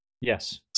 Yes